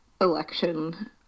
election